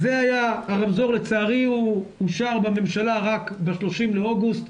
הרמזור לצערי אושר בממשלה רק ב-30 לאוגוסט,